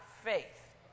faith